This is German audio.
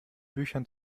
büchern